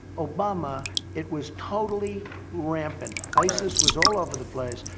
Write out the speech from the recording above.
obama it was totally rampant. isis was all over the place.